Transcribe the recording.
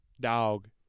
Dog